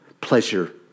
pleasure